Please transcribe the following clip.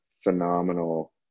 phenomenal